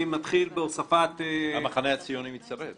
אני מתחיל בהוספת --- המחנה הציוני מצטרף?